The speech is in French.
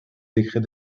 décrets